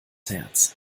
herz